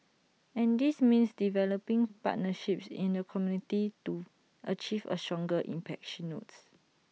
and this means developing partnerships in the community to achieve A stronger impact she notes